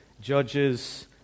Judges